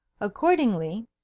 accordingly